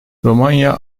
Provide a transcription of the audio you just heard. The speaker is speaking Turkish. romanya